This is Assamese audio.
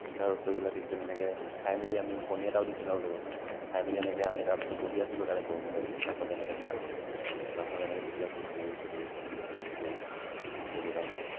মিঠা ৰসগোল্লা দিছিল এনেকৈ খাই মেলি আমি কণী এটাও দিছিল আৰু লগত খাই মেলি এনেকৈ আমি তাৰপাছত বহি আছিলোঁ তাতে গড়মূৰতে কাষতে এনেকৈ দোকান এখনত দোকানখনত এনেকৈ বহি আছোঁ ভাগৰি জুগৰি ঘামি জুমি গোটেইকেইটা গোটেইকেইটা এনেকৈ